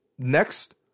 Next